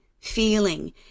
feeling